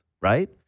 right